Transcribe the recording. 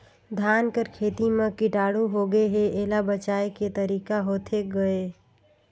धान कर खेती म कीटाणु होगे हे एला बचाय के तरीका होथे गए?